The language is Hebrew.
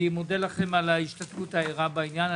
אני מודה לכם על ההשתתפות הערה בעניין,